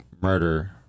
murder